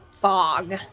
fog